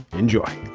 enjoy